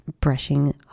brushing